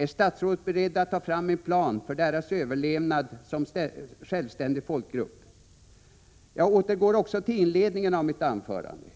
Är statsrådet beredd att ta fram en plan för deras överlevnad som självständig folkgrupp? Jag återgår också till inledningen av mitt anförande.